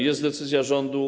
Jest decyzja rządu.